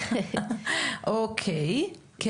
אוקיי, כן.